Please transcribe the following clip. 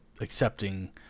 accepting